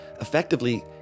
effectively